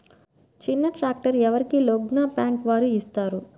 చిన్న ట్రాక్టర్ ఎవరికి లోన్గా బ్యాంక్ వారు ఇస్తారు?